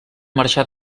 marxar